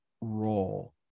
role